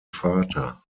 vater